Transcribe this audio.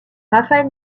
rafael